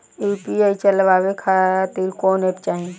UPI चलवाए के खातिर कौन एप चाहीं?